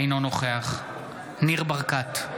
אינו נוכח ניר ברקת,